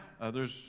others